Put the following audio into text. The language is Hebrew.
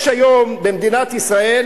יש היום במדינת ישראל